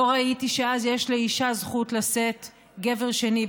לא ראיתי שאז יש לאישה זכות לשאת גבר שני.